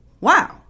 Wow